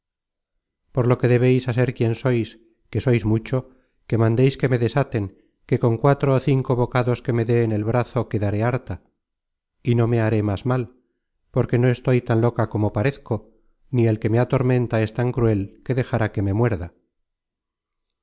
por lo que debeis á ser quien sois que sois mucho que mandeis que me desaten que con cuatro ó cinco bocados que me dé en el brazo quedaré harta y no me haré más mal porque no estoy tan loca como parezco ni el que me atormenta es tan cruel que dejará que me muerda